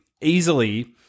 easily